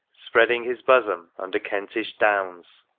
spreading his bosom under kentish downs.